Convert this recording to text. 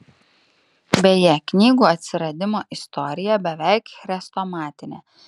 beje knygų atsiradimo istorija beveik chrestomatinė